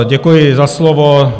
Děkuji za slovo.